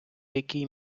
якій